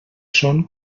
són